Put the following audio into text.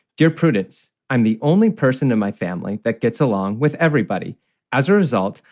dear prudence, i'm the only person in my family that gets along with everybody as a result.